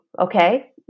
Okay